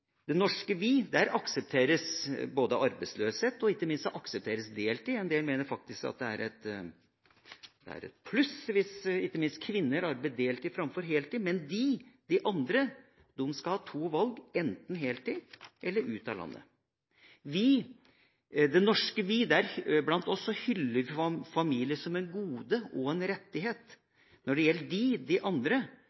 det norske vi, aksepterer arbeidsløshet, og ikke minst aksepteres deltid – en del mener faktisk det er et pluss hvis ikke minst kvinner arbeider deltid framfor heltid. Men de, de andre, skal ha to valg – enten heltid eller ut av landet. Vi, det norske vi, hyller familie som et gode og en rettighet.